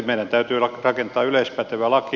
meidän täytyy rakentaa yleispätevä laki